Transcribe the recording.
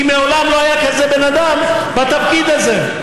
כי מעולם לא היה בן אדם כזה בתפקיד הזה.